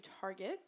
Target